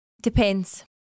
Depends